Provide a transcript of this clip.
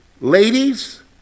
ladies